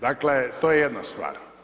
Dakle, to je jedna stvar.